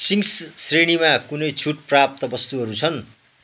Ching's श्रेणीमा कुनै छुट प्राप्त वस्तुहरू छन्